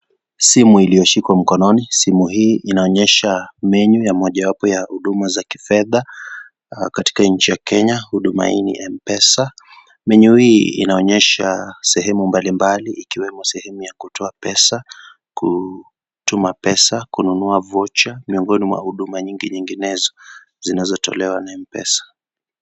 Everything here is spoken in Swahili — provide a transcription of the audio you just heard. Simu ilioshikwa mkononi, simu hii inaonyesha menu ya mojawapo ya Huduma za kifedha. Katika nchi ya Kenya, huduma hii ni ya M-pesa, menu hii inaoyesha sehemu mbalimbali ikiwemo sehemu ya kutoa pesa, kutuma pesa, kununua voucher , miongoni mwa huduma nyingi nyinginezo zinazotolewa na M-pesa.